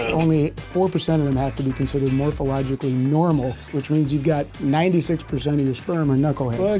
only four percent of them have to be considered morphologically normal, which means you've got ninety six percent of your sperm are knuckleheads.